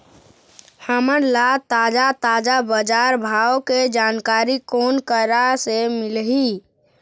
हमन ला ताजा ताजा बजार भाव के जानकारी कोन करा से मिलही?